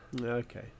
okay